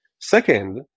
Second